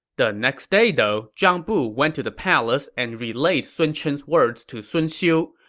the next day, though, zhang bu went to the palace and relayed sun chen's words to sun xiu,